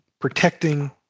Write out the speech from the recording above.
protecting